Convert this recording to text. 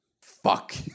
fuck